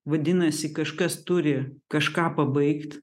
vadinasi kažkas turi kažką pabaigt